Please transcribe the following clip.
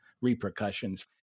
repercussions